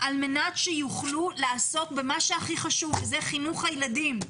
על מנת שיוכלו לעסוק במה שהכי חשוב וזה חינוך הילדים.